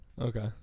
okay